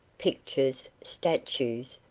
pictures, statues,